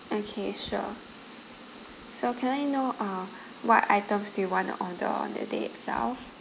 okay sure so can I know uh what items do you want to order on the day itself